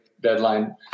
deadline